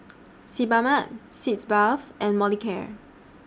Sebamed Sitz Bath and Molicare